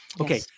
Okay